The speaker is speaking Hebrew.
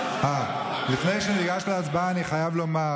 לפני שניגש להצבעה, אני חייב לומר